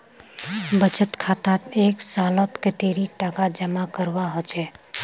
बचत खातात एक सालोत कतेरी टका जमा करवा होचए?